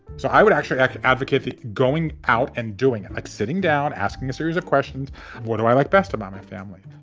so i would actually actually advocate going out and doing it like sitting down, asking a series of questions where do i like best about my family?